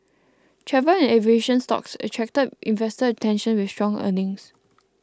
travel and aviation stocks attracted investor attention with strong earnings